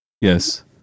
yes